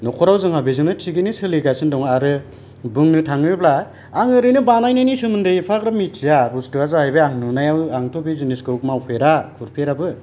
न'खराव जोंहा बेजोंनो थिगैनो सोलिगासिनो दं आरो बुंनो थाङोब्ला आं ओरैनो बानायनायनि सोमोन्दोयै एफाग्राब मोन्थिया बुस्तुआ जाहैबाय आं नुनायाव आंथ' बे जिनिसखौ मावफेरा खुरफेराबो